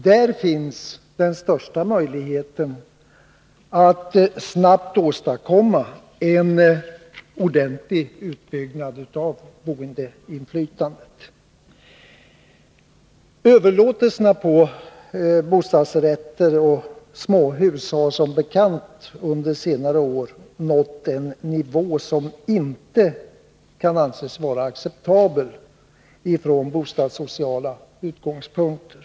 Det är på detta område som den största möjligheten finns att snabbt åstadkomma en ordentlig utbyggnad av boendeinflytandet. Överlåtelserna till bostadsrätter och småhus har som bekant under senare år nått en nivå som inte kan anses vara acceptabel från bostadssociala utgångspunkter.